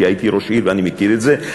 כי הייתי ראש עיר ואני מכיר את זה,